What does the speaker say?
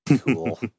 Cool